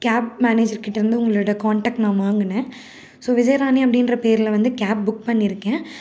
gap மேனேஜர்கிட்டேருந்து உங்களோடய contact நான் வாங்கினேன் ஸோ விஜயராணி அப்படின்ற பெயருல வந்து கேப் புக் பண்ணியிருக்கேன்